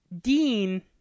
Dean